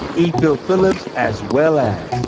e. phil phillips, as well as,